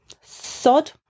sod